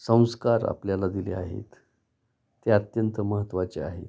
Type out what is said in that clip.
संस्कार आपल्याला दिले आहेत ते अत्यंत महत्त्वाचे आहेत